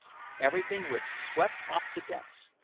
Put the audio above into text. everything was swept off the decks,